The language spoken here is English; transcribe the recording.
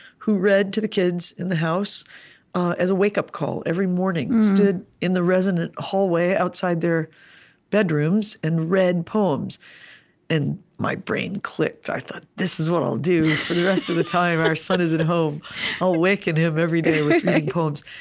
who read to the kids in the house as a wake-up call every morning, stood in the resonant hallway outside their bedrooms and read poems and my brain clicked. i thought, this is what i'll do for the rest of the time our son is at home. i'll waken him every day with reading poems.